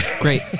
great